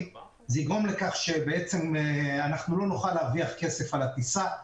זה דבר שיגרום לכך שלא נוכל להרוויח כסף על הטיסה.